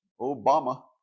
Obama